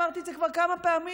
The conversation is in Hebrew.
אמרתי את זה כבר כמה פעמים: